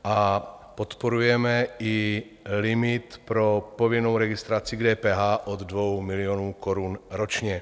A podporujeme i limit pro povinnou registraci k DPH od 2 milionů korun ročně.